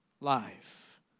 life